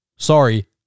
Sorry